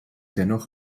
dennoch